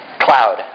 Cloud